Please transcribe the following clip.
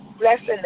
blessing